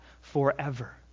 forever